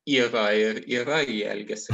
yra ir yra ji elgiasi